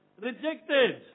Rejected